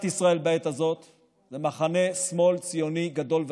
ישראל בעת הזאת הוא מחנה שמאל ציוני גדול וחזק: